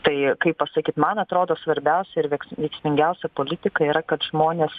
tai kaip pasakyt man atrodo svarbiausia ir veiksmingiausia politika yra kad žmonės